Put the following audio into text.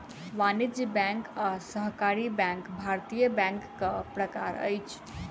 वाणिज्य बैंक आ सहकारी बैंक भारतीय बैंकक प्रकार अछि